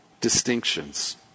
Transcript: distinctions